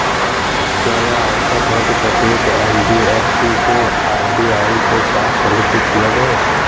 क्या यह आवश्यक है कि प्रत्येक एन.बी.एफ.सी को आर.बी.आई के साथ पंजीकृत किया जाए?